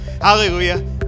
Hallelujah